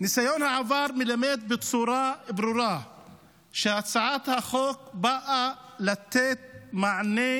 ניסיון העבר מלמד בצורה ברורה שהצעת החוק באה לתת מענה